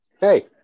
Hey